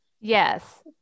yes